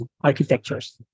architectures